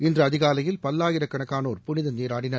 இன்று அதிகாலையில் பல்லாயிரக்கணக்கானோர் புனித நீராடனர்